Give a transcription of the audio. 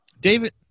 David